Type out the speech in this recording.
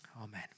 Amen